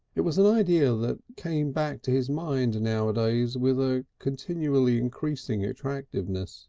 it was an idea that came back to his mind nowadays with a continually increasing attractiveness